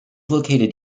located